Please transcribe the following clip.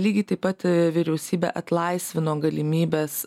lygiai taip pat vyriausybė atlaisvino galimybes